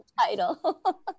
title